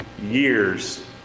years